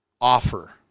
offer